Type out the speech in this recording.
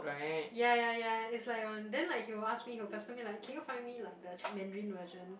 ya ya ya is like one then like he will ask me he'll pester me like can you like find me like the Chi~ Mandarin version